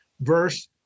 Verse